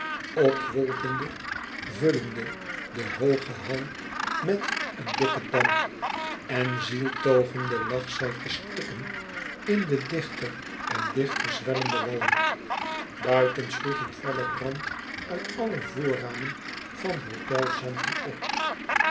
opwolkende vullende den hoogen hall met een dikke damp en zieltogende lag zij te stikken in den dichter en dichter zwellenden walm buiten sloeg een felle brand uit alle voorramen van het hôtel zanti op